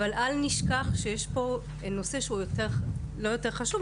אבל אל נשכח שיש פה נושא שהוא לא יותר לא יותר חשוב,